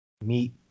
meat